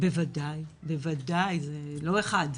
בוודאי ולא אחד.